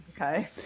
okay